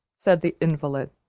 said the invalid,